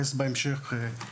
בהמשך גם אתייחס.